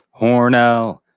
Hornell